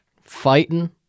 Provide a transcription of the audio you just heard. Fighting